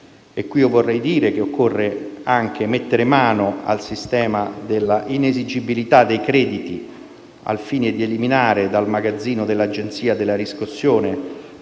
proposito, vorrei dire che occorre anche mettere mano al sistema dell'inesigibilità dei crediti, al fine di eliminare dal magazzino dell'agenzia della riscossione